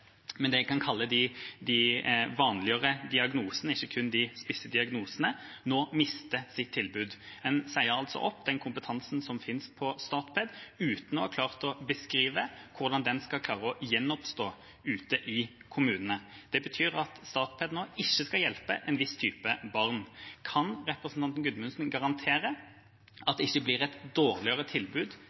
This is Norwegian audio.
det en kan kalle de vanligere diagnosene, ikke kun de spisse diagnosene – nå mister sitt tilbud. En sier altså opp den kompetansen som finnes i Statped, uten å ha klart å beskrive hvordan den skal gjenoppstå ute i kommunene. Det betyr at Statped nå ikke skal hjelpe en viss type barn. Kan representanten Gudmundsen garantere at det ikke blir et dårligere tilbud